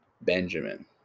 Benjamin